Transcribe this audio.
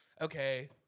okay